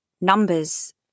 numbers